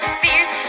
fears